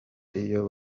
iyo